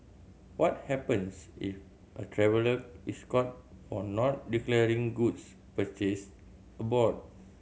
what happens if a traveller is caught for not declaring goods purchased abroad